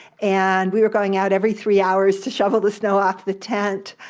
and we were going out every three hours to shovel the snow off the tent,